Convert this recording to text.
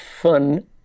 fun